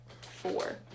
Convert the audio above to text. four